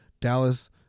Dallas